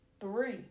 three